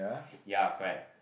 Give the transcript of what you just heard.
ya correct